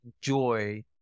joy